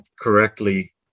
correctly